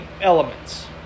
elements